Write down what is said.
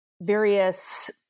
various